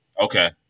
Okay